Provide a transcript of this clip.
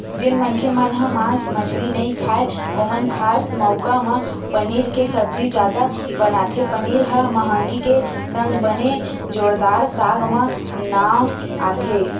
जेन मनखे मन ह मांस मछरी नइ खाय ओमन खास मउका म पनीर के सब्जी जादा बनाथे पनीर ह मंहगी के संग बने जोरदार साग म नांव आथे